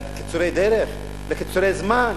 לקיצורי דרך, לקיצורי זמן?